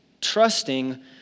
trusting